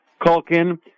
Culkin